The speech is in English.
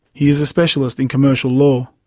he is a specialist in commercial law.